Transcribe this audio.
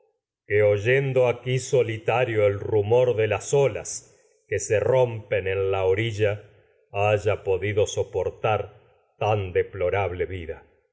oyendo aquí solitario el rumor las rompen en la orilla se haya podido sopor tar tan deplorable vida